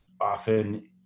often